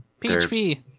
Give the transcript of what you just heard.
php